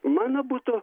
mano būtų